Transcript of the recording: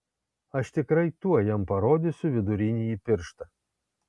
aš tikrai tuoj jam parodysiu vidurinįjį pirštą